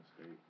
State